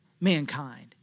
mankind